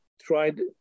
tried